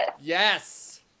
Yes